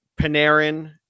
Panarin